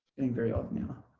being very odd now.